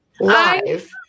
live